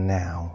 now